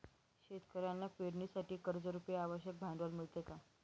शेतकऱ्यांना पेरणीसाठी कर्जरुपी आवश्यक भांडवल मिळते का?